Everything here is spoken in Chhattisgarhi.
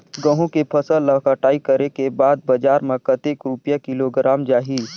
गंहू के फसल ला कटाई करे के बाद बजार मा कतेक रुपिया किलोग्राम जाही?